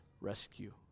rescue